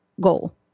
goal